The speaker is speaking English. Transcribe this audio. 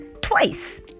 Twice